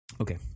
okay